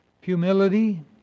humility